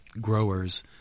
growers